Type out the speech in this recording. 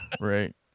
right